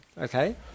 okay